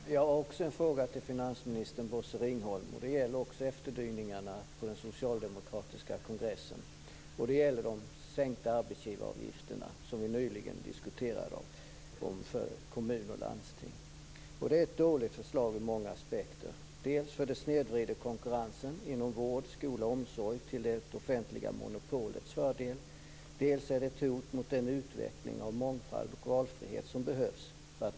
Herr talman! Jag har en fråga till finansminister Bosse Ringholm. Den har att göra med efterdyningarna på den socialdemokratiska kongressen. Min fråga gäller de sänkta arbetsgivaravgifter som vi nyligen diskuterade för kommuner och landsting. Det är ett dåligt förslag ur många aspekter, dels snedvrider det konkurrensen inom vård, skola och omsorg till det offentliga monopolets fördel, dels är det ett hot mot den utveckling mot mångfald och valfrihet som behövs.